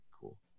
cool